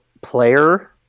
player